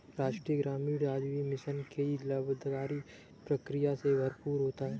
राष्ट्रीय ग्रामीण आजीविका मिशन कई लाभदाई प्रक्रिया से भरपूर होता है